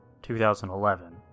2011